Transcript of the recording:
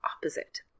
opposite